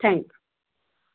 thank you